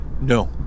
No